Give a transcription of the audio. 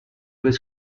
was